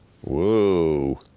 Whoa